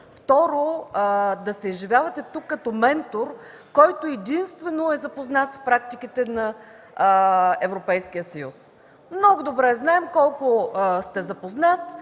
второ, да се изживявате тук като ментор, който единствено е запознат с практиките на Европейския съюз. Много добре знаем, колко добре сте запознат